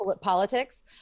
politics